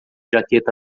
jaqueta